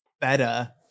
better